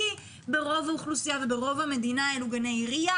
כי ברוב האוכלוסייה וברוב המדינה אלו גני עירייה,